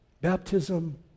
Baptism